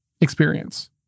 experience